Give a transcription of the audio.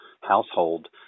household